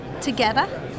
together